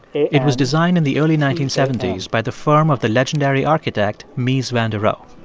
it was designed in the early nineteen seventy s by the firm of the legendary architect mies van der roh.